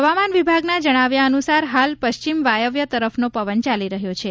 હવામાન વિભાગના જણાવ્યા અનુસાર હાલ પશ્ચિમ વાયવ્ય તરફનો પવન ચાલી રહ્યો છે